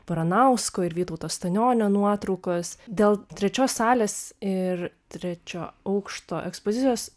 baranausko ir vytauto stanionio nuotraukos dėl trečios salės ir trečio aukšto ekspozicijos